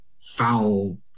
foul